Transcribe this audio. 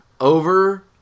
over